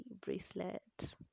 bracelet